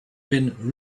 been